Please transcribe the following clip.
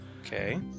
Okay